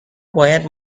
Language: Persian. باید